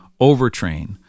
overtrain